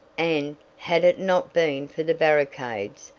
and, had it not been for the barricades,